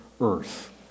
earth